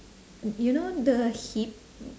you know the hip